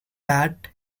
that